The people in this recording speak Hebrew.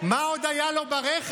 מה עוד היה לו ברכב?